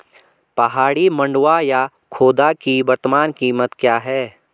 पहाड़ी मंडुवा या खोदा की वर्तमान कीमत क्या है?